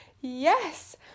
Yes